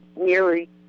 nearly